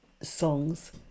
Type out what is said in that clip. songs